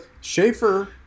Schaefer